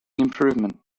improvement